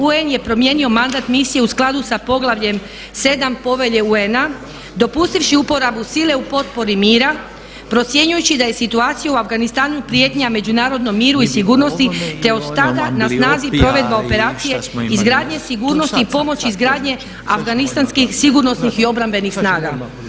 UN je promijenio mandat misije u skladu sa poglavljem 7 povelje UN-a dopustivši uporabu sile u potpori mira procjenjujući da je situacija u Afganistanu prijetnja međunarodnom miru i sigurnosti, te je od tada na snazi provedba operacije izgradnje sigurnosti i pomoći, izgradnje afganistanskih sigurnosnih i obrambenih snaga.